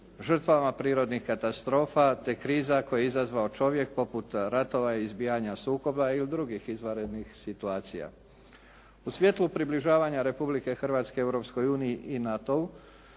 žrtvama prirodnih katastrofa, te kriza koje je izazvao čovjek, poput ratova i izbijanja sukoba i od drugih izvanrednih situacija. U svjetlu približavanja Republike Hrvatske Europskoj